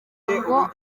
ngo